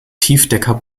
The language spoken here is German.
tiefdecker